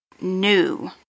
new